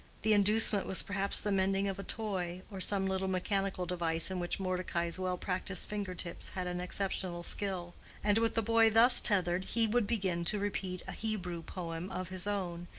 the inducement was perhaps the mending of a toy, or some little mechanical device in which mordecai's well-practiced finger-tips had an exceptional skill and with the boy thus tethered, he would begin to repeat a hebrew poem of his own,